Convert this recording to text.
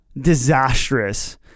disastrous